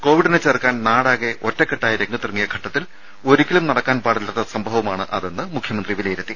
കോവിഡിനെ ചെറുക്കാൻ നാടാകെ ഒറ്റക്കെട്ടായി രംഗത്തിറങ്ങിയ ഘട്ടത്തിൽ ഒരിക്കലും നടക്കാൻ പാടില്ലാത്ത സംഭവമാണതെന്ന് മുഖ്യമന്ത്രി വിലയിരുത്തി